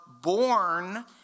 born